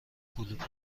کلوپ